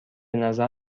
نظر